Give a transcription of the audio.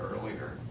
earlier